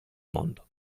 mondo